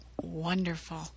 wonderful